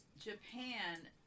Japan